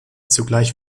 zugleich